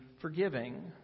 forgiving